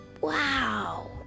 Wow